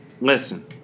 listen